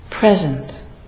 present